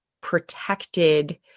protected